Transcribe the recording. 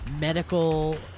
medical